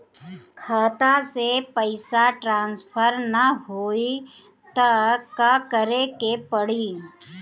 खाता से पैसा ट्रासर्फर न होई त का करे के पड़ी?